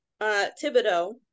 Thibodeau